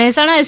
Mehsana S